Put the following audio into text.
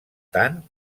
tant